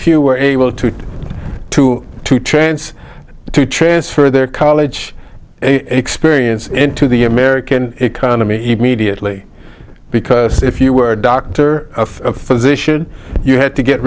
few were able to to to chance to transfer their college experience into the american economy even mediately because if you were a doctor of physician you had to get